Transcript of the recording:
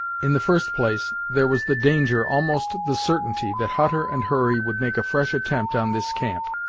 in the first place, there was the danger, almost the certainty, that hutter and hurry would make a fresh attempt on this camp,